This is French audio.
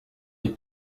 est